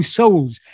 souls